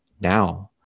now